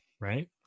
right